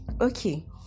Okay